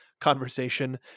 conversation